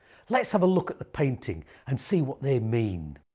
let's have a look at the painting and see what they mean.